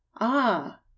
Ah